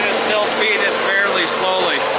still feed it slowly.